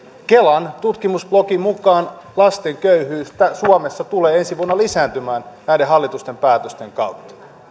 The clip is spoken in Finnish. kelan tutkimusblogin mukaan lasten köyhyys suomessa tulee ensi vuonna lisääntymään näiden hallituksen päätösten kautta